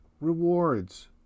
rewards